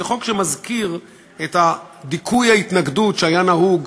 זה חוק שמזכיר את דיכוי ההתנגדות שהיה נהוג,